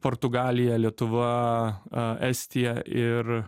portugalija lietuva estija ir